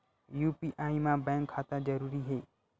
UPI मा bank खाता जरूरी हे?